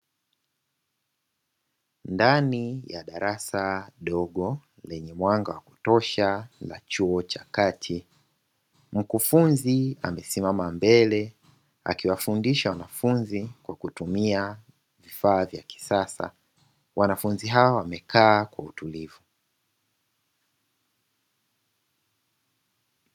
Ndani ya darasa dogo lenye mwanga wa kutosha la chuo cha kati, mkufunzi amesimama mbele akiwafundisha wanafunzi kwa kutumia vifaa vya kisasa, wanafunzi hawa wamekaa kwa utulivu.